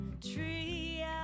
tree